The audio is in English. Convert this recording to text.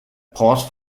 pause